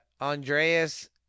Andreas